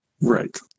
Right